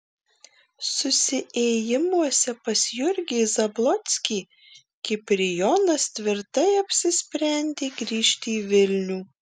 susiėjimuose pas jurgį zablockį kiprijonas tvirtai apsisprendė grįžti į vilnių